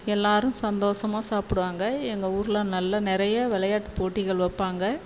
எல்லாரும் சந்தோஷமாக சாப்பிடுவாங்க எங்கள் ஊரில் நல்ல நிறைய விளையாட்டு போட்டிகள் வைப்பாங்க